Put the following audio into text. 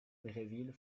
méréville